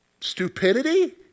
stupidity